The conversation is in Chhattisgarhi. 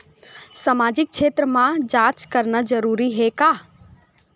सामाजिक क्षेत्र म जांच करना जरूरी हे का?